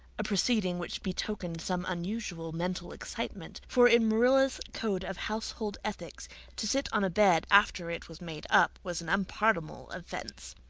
a proceeding which betokened some unusual mental excitement, for in marilla's code of household ethics to sit on a bed after it was made up was an unpardonable offense.